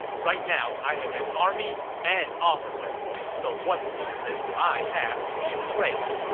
right now, i have an army and officers, so what reason do i have to be afraid?